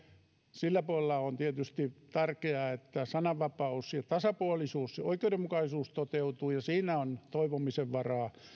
sillä puolella on tietysti tärkeää että sananvapaus ja tasapuolisuus ja oikeudenmukaisuus toteutuvat ja siinä on toivomisen varaa